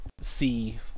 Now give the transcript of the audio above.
see